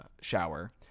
shower